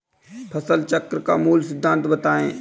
फसल चक्र का मूल सिद्धांत बताएँ?